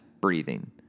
breathing